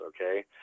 okay